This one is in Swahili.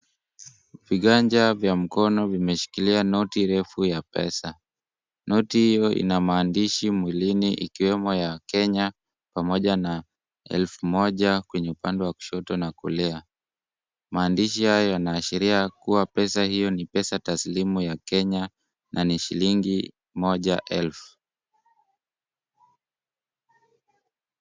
Viganja vya mkono, vimeshikilia noti refu ya pesa. Noti hiyo ina maandishi mwilini, ikiwemo ya Kenya pamoja na elfu moja kwenye upande wa kushoto na kulia. Maandishi haya yanaashiria kuwa pesa hiyo ni pesa taslimu ya Kenya, na ni shilingi moja elfu.